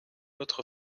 autre